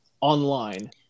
online